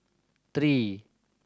three